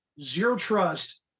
zero-trust